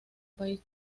país